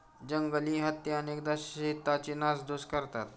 जंगली हत्ती अनेकदा शेतांची नासधूस करतात